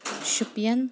Shopian